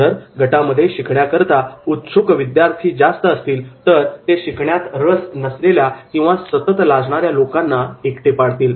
जर गटामध्ये शिकण्याकरता उत्सुक विद्यार्थी जास्त असतील तर ते शिकण्यात रस नसलेल्या किंवा सतत लाजणाऱ्या लोकांना एकटे पाडतील